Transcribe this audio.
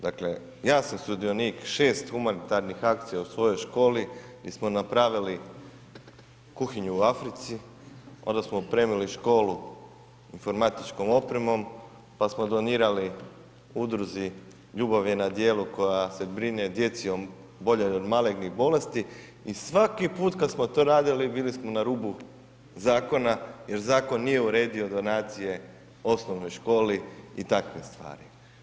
Dakle ja sam sudionik 6 humanitarnih akcija u svojoj školi gdje smo napravili kuhinju u Africi, onda smo opremili školu informatičkom opremom pa smo donirali udruzi Ljubav je na djelu koja se brine o djeci oboljelih od malignih bolesti i svaki put kad smo to radili, bili smo na rubu zakona jer zakon nije uredio donacije osnovnoj školi i takve stvari.